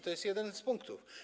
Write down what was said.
To jest jeden z punktów.